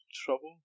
trouble